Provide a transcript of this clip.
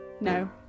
No